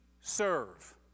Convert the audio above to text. serve